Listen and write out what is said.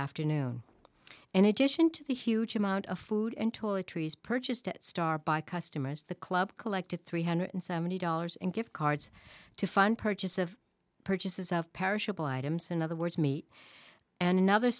afternoon and addition to the huge amount of food and toiletries purchased at star by customers the club collected three hundred seventy dollars in gift cards to fund purchase of purchases of perishable items in other words meat and another